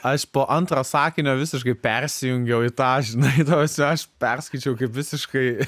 aš po antro sakinio visiškai persijungiau į tą žinai ta prasme aš perskaičiau kaip visiškai